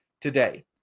today